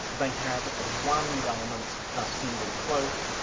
they have one garment, a single cloak,